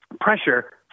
pressure